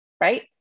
Right